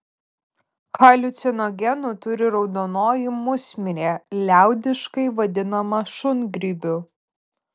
haliucinogenų turi raudonoji musmirė liaudiškai vadinama šungrybiu